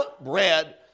bread